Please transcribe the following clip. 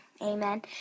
amen